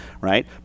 right